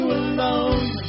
alone